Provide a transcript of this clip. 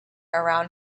around